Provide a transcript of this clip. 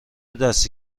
دست